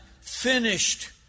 finished